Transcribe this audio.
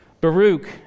Baruch